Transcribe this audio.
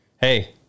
hey